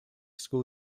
school